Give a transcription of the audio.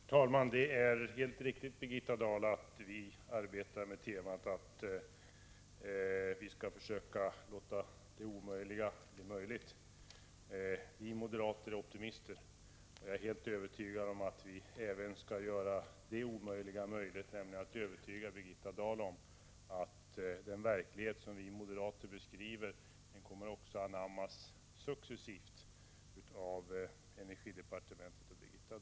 Herr talman! Det är helt riktigt, Birgitta Dahl, att vi arbetar med temat att vi skall försöka låta det omöjliga bli möjligt. Vi moderater är optimister. Jag är helt säker på att vi även i detta sammanhang skall göra det omöjliga möjligt, nämligen övertyga Brigitta Dahl om att den verklighet som vi moderater beskriver successivt kommer att anammas av energidepartementet och Birgitta Dahl.